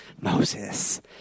Moses